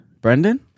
Brendan